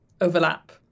overlap